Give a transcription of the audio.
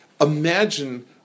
Imagine